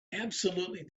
absolutely